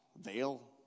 veil